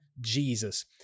Jesus